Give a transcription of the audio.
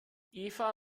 eva